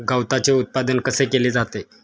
गवताचे उत्पादन कसे केले जाते?